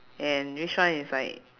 and which one is like